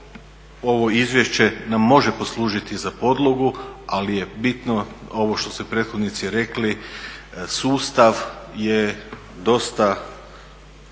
ovo izvješće nam može poslužiti za podlogu ali je bitno ovo što se prethodnici rekli sustav je dosta